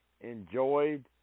enjoyed